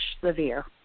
severe